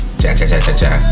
cha-cha-cha-cha-cha